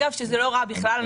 ואגב זה לא רע בכלל,